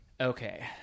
Okay